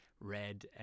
red